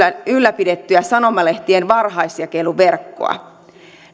ylläpidettyä sanomalehtien varhaisjakeluverkkoa